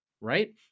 Right